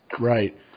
Right